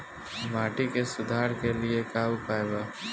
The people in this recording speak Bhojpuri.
माटी के सुधार के लिए का उपाय बा?